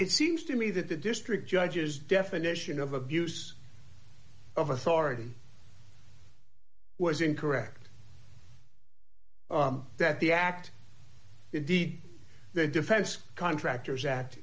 it seems to me that the district judges definition of abuse of authority was incorrect that the act indeed the defense contractors